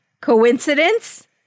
Coincidence